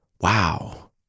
Wow